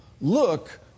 Look